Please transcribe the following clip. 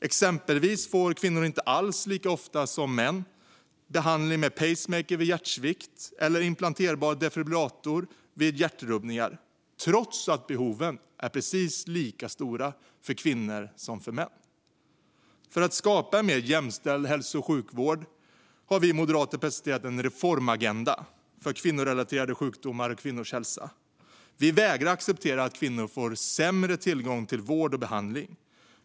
Exempelvis får kvinnor inte alls lika ofta som män behandling med pacemaker vid hjärtsvikt eller implanterbar defibrillator vid hjärtrubbningar, trots att behoven är precis lika stora för kvinnor som för män. För att skapa en mer jämställd hälso och sjukvård har vi moderater presenterat en reformagenda för kvinnorelaterade sjukdomar och kvinnors hälsa. Vi vägrar acceptera att kvinnor får sämre tillgång till vård och behandling.